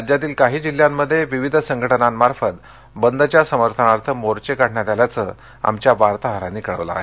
राज्यातील काही जिल्ह्यांमध्ये विविध संघटनांमार्फत बंदच्या समर्थनार्थ मोर्घे काढण्यात आल्याचं आमच्या वार्ताहरांनी कळवलं आहे